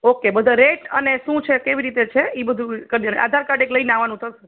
okay બધો rate અને શું છે ને કેવી રીતે છે ઈ બધું કરજે આધાર કાર્ડ એક લઈને આવાનું થશે